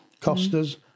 Costas